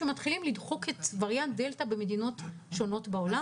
שמתחילים לדחוק את וריאנט דלתא במדינות שונות בעולם.